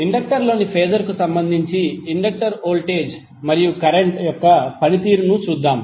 inductor లోని phasor కు సంబంధించి ఇండక్టర్ వోల్టేజ్ మరియు కరెంట్ యొక్క పనితీరును చూద్దాం